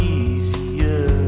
easier